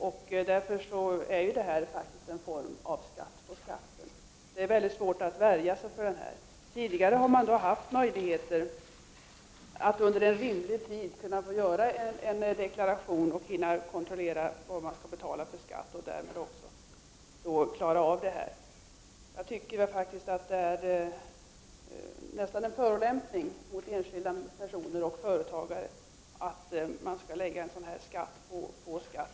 Det är därför här faktiskt fråga om en skatt på skatten, som det är mycket svårt att värja sig emot. Tidigare har man haft rimlig tid på sig att göra en deklaration och att räkna ut hur mycket skatt man skall betala, så att man kunnat undvika straffavgift. Det är nästan en förolämpning mot enskilda personer och företagare att det tas ut en sådan här skatt på skatten.